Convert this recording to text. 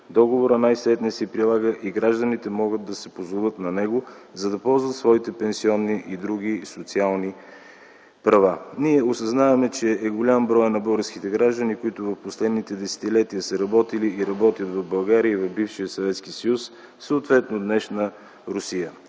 договорът най-сетне се прилага и гражданите могат да се позоват на него, за да ползват своите пенсионни и други социални права. Ние осъзнаваме, че броят на българските граждани, които през последните десетилетия са работили и работят в България и в бившия Съветски съюз, съответно днешна Русия,